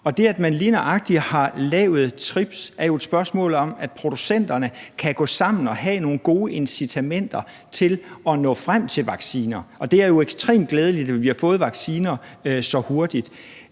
og det, at man lige nøjagtig har lavet TRIPS, er jo et spørgsmål om, at producenterne kan gå sammen og have nogle gode incitamenter til at nå frem til vacciner, og det er jo ekstremt glædeligt, at vi har fået vacciner så hurtigt.